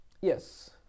Yes